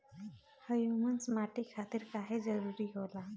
Humus माटी खातिर काहे जरूरी होला?